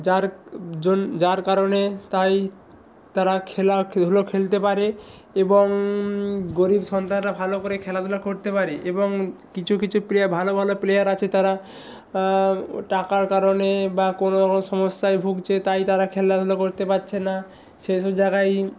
যার যার কারণে তাই তারা খেলা ধুলো খেলতে পারে এবং গরিব সন্তানরা ভালো করে খেলাধূলা করতে পারে এবং কিছু কিছু প্লেয়ার ভালো ভালো প্লেয়ার আছে তারা টাকার কারণে বা কোনওরকম সমস্যায় ভুগছে তাই তারা খেলাধুলো করতে পারছে না সেইসব জায়গায়